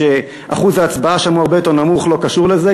שאחוז ההצבעה שם הוא הרבה יותר נמוך, לא קשור לזה.